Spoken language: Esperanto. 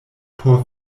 por